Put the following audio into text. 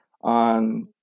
on